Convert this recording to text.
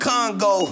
Congo